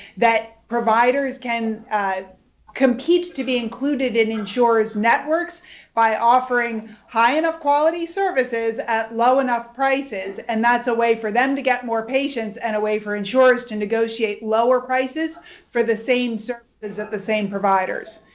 that providers can compete to be included in insurers' networks by offering high enough quality services at low enough prices. and that's a way for them to get more patients and a way for insurers to negotiate lower prices for the same so service at the same providers.